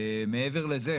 מעבר לזה,